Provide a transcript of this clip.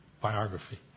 biography